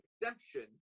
exemption